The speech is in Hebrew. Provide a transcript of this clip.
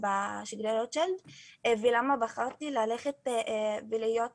ב"שגרירי רוטשילד" ולהסביר למה בחרתי ללכת ולהיות